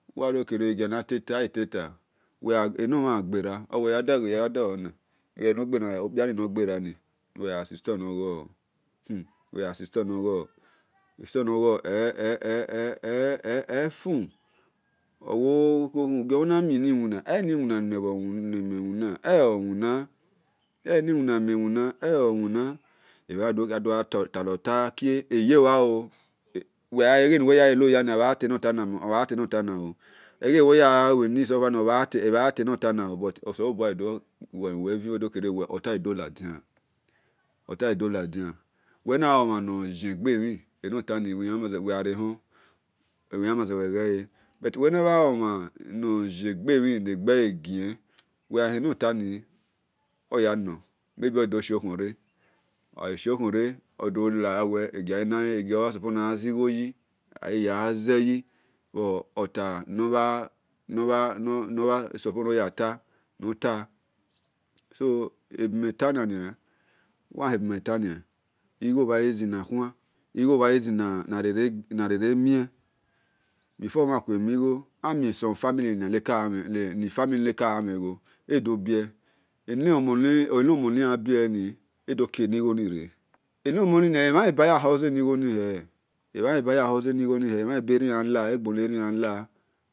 Wadokere ogiana teta eteta enomha gha gbera ewel wel mhan dagho na wegha si store nor ghor hmm estore giobho na mie ni wina eni wina ni me wina eloebha winna ebho dogha talota eyeluo ooo eghe nuwe ya gha leloyani amha tuwota eghe nuwel ya lue ni sufani amhan tenoloni khian egheni oleshie wel na kare wia wel agha buomon nor mhera bhi ye ude enemhera bhiye aghi damheha ene mherabhi yeni ole succeedi sel because ude na bul nor just yehor hon ona riebhor ona yalu ona doderena ebhosa ronia egha dayan wal wilan enoyona nuwel dana ehumu wel bhe gbe